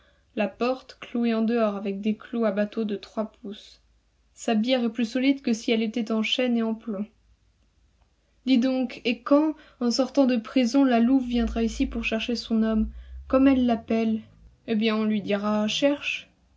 la porte clouée en dehors avec des clous à bateau de trois pouces sa bière est plus solide que si elle était en chêne et en plomb dis donc et quand en sortant de prison la louve viendra ici pour chercher son homme comme elle l'appelle eh bien on lui dira cherche